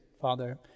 Father